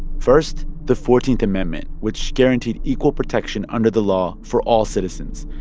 first, the fourteenth amendment, which guaranteed equal protection under the law for all citizens,